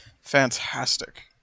Fantastic